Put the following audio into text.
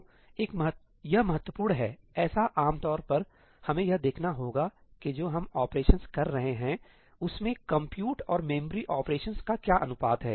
तो यह महत्वपूर्ण है ऐसा आम तौर पर हमें यह देखना होगा कि जो हम ऑपरेशंस कर रहे हैं उसमें कंप्यूट और मेमोरी ऑपरेशंस का क्या अनुपात है